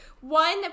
one